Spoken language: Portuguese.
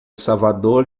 salvador